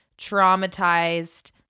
traumatized